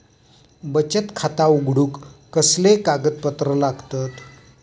बचत खाता उघडूक कसले कागदपत्र लागतत?